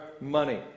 money